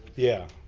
yeah,